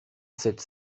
sept